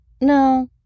no